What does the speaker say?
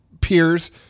peers